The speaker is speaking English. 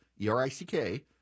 E-R-I-C-K